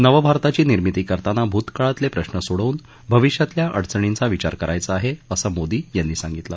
नवभारताची निर्मिती करताना भूतकाळातले प्रश्न सोडवून भविष्यातल्या अडचणींचा विचार करायचा आहे असं मोदी यांनी सांगितलं